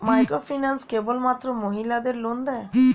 Microfinance কেবলমাত্র মহিলাদের loan দেয়?